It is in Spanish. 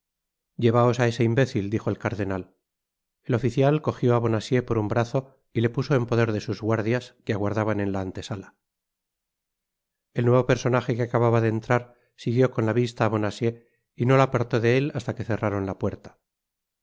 llevaos á ese imbécil dijo el cardenal el oficicial cogió á bonacieux por un brazo y le puso en poder de sus guardias que aguardaban en la antesala el nuevo personaje que acababa de entrar siguió con la vista a bonacieux y no la apartó de él hasta que cerraron la puerta